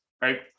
right